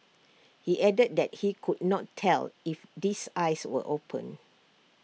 he added that he could not tell if this eyes were open